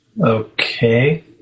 Okay